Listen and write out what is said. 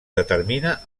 determina